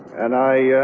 and i, ah, yeah